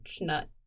nut